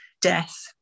death